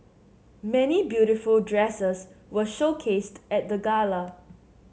many beautiful dresses were showcased at the gala